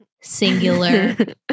singular